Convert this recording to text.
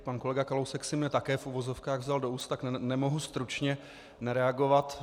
Pan kolega Kalousek si mne také v uvozovkách vzal do úst, tak nemohu stručně nereagovat.